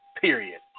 Period